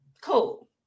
cool